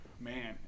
Man